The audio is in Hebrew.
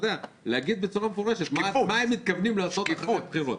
להגיד בצורה מפורשת מה הם מתכוונים לעשות אחרי הבחירות.